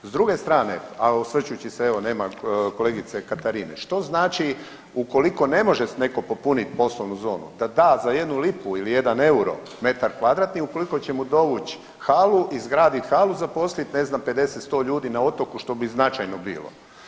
S druge strane, a osvrćući se, evo, nema kolegice Katarine, što znači ukoliko ne može netko popuniti poslovnu zonu, da da za 1 lipu ili 1 euro metar kvadratni, ukoliko će mu dovući halu, izgraditi halu, zaposlit, ne znam, 50, 100 ljudi na otoku, što bi značajno bilo.